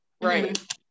Right